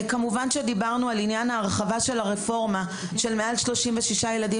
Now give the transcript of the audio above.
כמובן שדיברנו על עניין ההרחבה של הרפורמה של מעל 36 ילדים